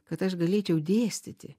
kad aš galėčiau dėstyti